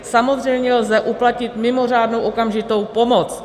Samozřejmě lze uplatnit mimořádnou okamžitou pomoc.